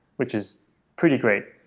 which is pretty great